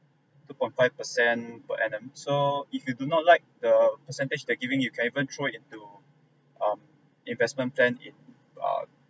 two point five percent per annum so if you do not like the percentage that giving you can even throw into um investment plan in um